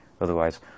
Otherwise